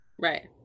right